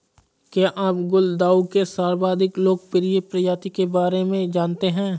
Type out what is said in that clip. क्या आप गुलदाउदी के सर्वाधिक लोकप्रिय प्रजाति के बारे में जानते हैं?